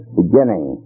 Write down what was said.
beginning